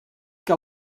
que